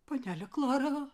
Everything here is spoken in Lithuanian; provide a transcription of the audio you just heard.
panele klara